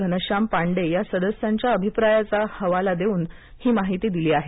घनश्याम पांडे या सदस्यांच्या अभिप्रायाचा हवाला देऊन ही माहिती दिली आहे